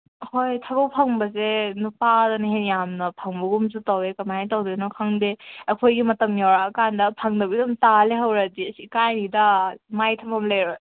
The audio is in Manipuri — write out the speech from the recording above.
ꯍꯣꯏ ꯊꯕꯛ ꯐꯪꯕꯁꯦ ꯅꯨꯄꯥꯗꯅ ꯍꯦꯟꯅ ꯌꯥꯝꯅ ꯐꯪꯕꯒꯨꯝꯁꯨ ꯇꯧꯋꯦ ꯀꯃꯥꯏꯅ ꯇꯧꯗꯣꯏꯅꯣ ꯈꯪꯗꯦ ꯑꯩꯈꯣꯏꯒꯤ ꯃꯇꯝ ꯌꯧꯔꯛꯑ ꯀꯥꯟꯗ ꯐꯪꯗꯕꯤꯗ ꯑꯗꯨꯝ ꯇꯥꯔ ꯂꯩꯍꯧꯔꯗꯤ ꯑꯁ ꯏꯀꯥꯏꯅꯤꯗ ꯃꯥꯏ ꯊꯝꯐꯝ ꯂꯩꯔꯣꯏ